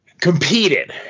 Competed